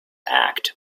act